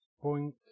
point